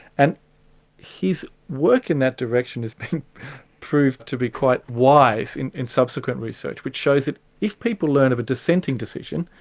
and his work in that direction has been proved to be quite wise in in subsequent research, which shows that if people learn of a dissenting decision,